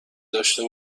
داشته